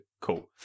cool